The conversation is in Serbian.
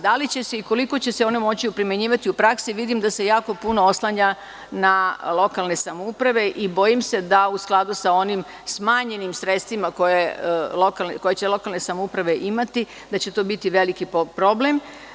Da li će se i koliko će se one moći primenjivati u praksi, vidim da se jako puno oslanja na lokalne samouprave i bojim se da u skladu sa onim smanjenim sredstvima koje će lokalne samouprave imati da će to biti veliki problem.